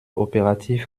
operativ